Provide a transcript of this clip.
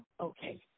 Okay